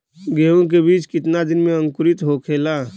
गेहूँ के बिज कितना दिन में अंकुरित होखेला?